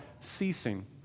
Ceasing